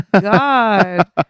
god